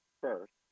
first